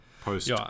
post